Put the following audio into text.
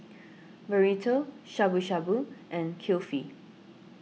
Burrito Shabu Shabu and Kulfi